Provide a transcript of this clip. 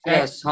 Yes